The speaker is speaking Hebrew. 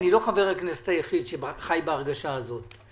אני לא חבר הכנסת היחיד שחי בהרגשה הזאת,